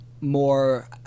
more